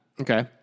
Okay